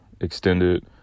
extended